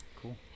Cool